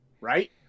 Right